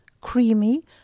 creamy